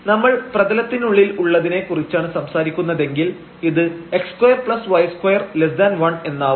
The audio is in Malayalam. നമ്മൾ പ്രതലത്തിനുള്ളിൽ ഉള്ളതിനെ കുറിച്ചാണ് സംസാരിക്കുന്നതെങ്കിൽ ഇത് x2y21 എന്നാവും